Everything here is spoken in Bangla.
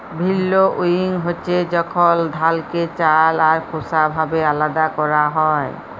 ভিল্লউইং হছে যখল ধালকে চাল আর খোসা ভাবে আলাদা ক্যরা হ্যয়